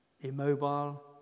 immobile